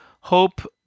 hope